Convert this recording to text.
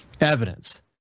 evidence